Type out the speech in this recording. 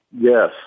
Yes